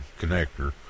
connector